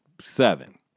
seven